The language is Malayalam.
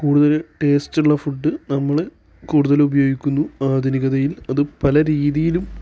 കൂടുതല് ടേസ്റ്റുള്ള ഫുഡ് നമ്മള് കൂടുതൽ ഉപയോഗിക്കുന്നു ആധുനികതയിൽ അത് പല രീതിയിലും